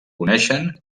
coneixen